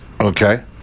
Okay